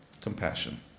compassion